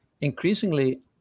increasingly